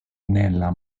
nella